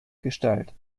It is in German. gestalt